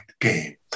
game